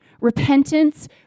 repentance